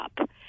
up